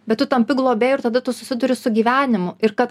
bet tu tampi globėju ir tada tu susiduri su gyvenimu ir kad